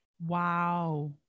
Wow